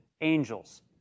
angels